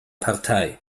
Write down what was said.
partei